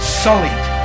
sullied